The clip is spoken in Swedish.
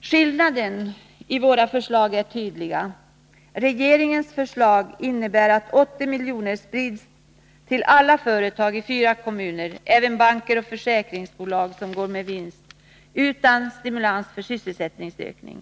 Skillnaderna mellan våra förslag är tydliga. Regeringens förslag innebär att 80 miljoner sprids till alla företag i fyra kommuner, även banker och försäkringsbolag som går med vinst, utan stimulans för sysselsättningsökning.